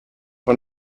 one